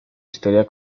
historia